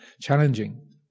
challenging